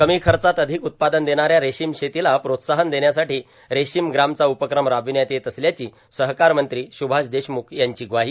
कमी खर्चात अधिक उत्पादन देणाऱ्या रेशीम शेतीला प्रोत्साहन देण्यासाठी रेशीम ग्रामचा उपक्रम राबविण्यात येत असल्याची सहकार मंत्री सुभाष देशमुख यांची ग्वाही